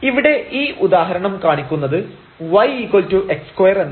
ഇവിടെ ഈ ഉദാഹരണം കാണിക്കുന്നത് yx2 എന്നാണ്